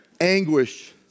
Anguish